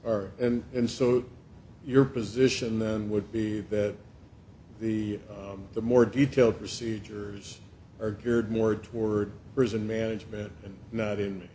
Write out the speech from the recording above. yes and and so your position then would be that the the more detailed procedures are geared more toward prison management and not in